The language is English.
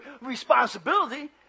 responsibility